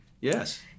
Yes